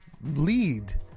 lead